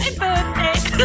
birthday